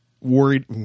worried